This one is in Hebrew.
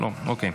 לא, אוקיי.